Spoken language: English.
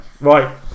right